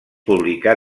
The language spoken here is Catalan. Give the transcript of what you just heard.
publicà